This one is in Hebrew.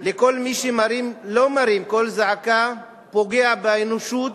לכל מי שלא מרים קול זעקה, פוגע באנושות,